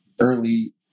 early